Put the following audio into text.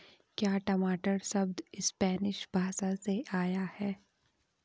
क्या टमाटर शब्द स्पैनिश भाषा से आया है?